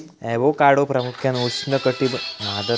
avocado प्रामुख्यान उष्णकटिबंधीय हवामानात वाढतत